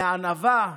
מענווה,